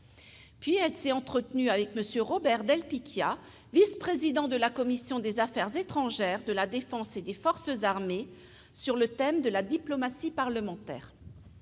Elle s'est entretenue ensuite avec M. Robert del Picchia, vice-président de la commission des affaires étrangères, de la défense et des forces armées, sur le thème de la diplomatie parlementaire.